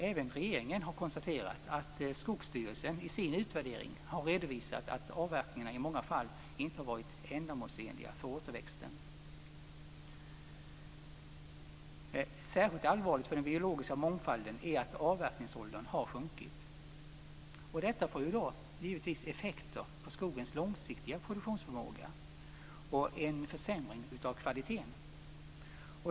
Även regeringen har konstaterat att Skogsstyrelsen i sin utvärdering har redovisat att avverkningarna i många fall inte har varit ändamålsenliga för återväxten. Särskilt allvarligt för den biologiska mångfalden är att avverkningsåldern har sjunkit. Detta får givetvis effekter på skogens långsiktiga produktionsförmåga och en försämring av kvaliteten.